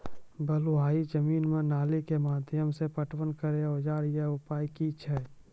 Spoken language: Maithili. बलूआही जमीन मे नाली के माध्यम से पटवन करै औजार या उपाय की छै?